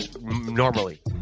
normally